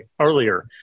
earlier